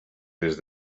des